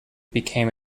became